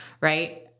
right